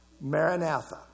Maranatha